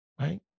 Right